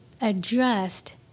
adjust